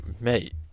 Mate